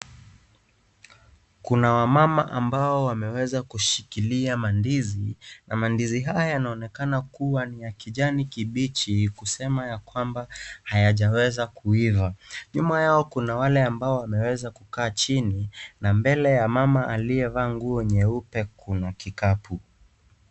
Kuna wamama ambao wameweza kushikilia mandizi na mandizi haya yanaonekana kuwa ni ya kijani kibichi; kusema ya kwamba hayajaweza kuiva. Nyuma yao kuna wale ambao wameweza kukaa chini. Na mbele ya mama aliyevaa nguo nyeupe kuna kikapu.